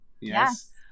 Yes